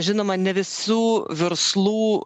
žinoma ne visų verslų